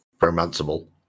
romanceable